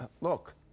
look